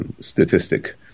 statistic